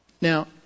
Now